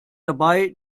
dabei